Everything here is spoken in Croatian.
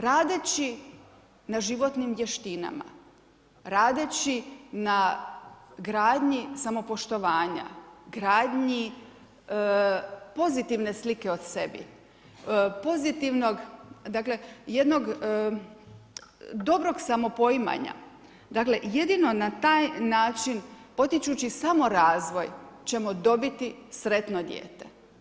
Radeći na životnim vještinama, radeći na gradnji samopoštovanja, gradnji pozitivne slike o sebi, dakle jednog dobrog samopoimanja, dakle jedino na taj način potičući sami razvoj ćemo dobiti sretno dijete.